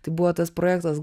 tai buvo tas projektas